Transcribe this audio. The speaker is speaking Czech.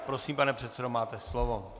Prosím, pane předsedo, máte slovo.